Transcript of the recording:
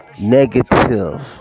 negative